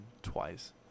twice